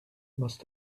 must